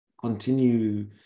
continue